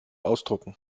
ausdrucken